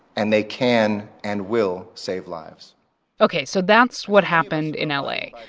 and they can and will save lives ok. so that's what happened in ah la.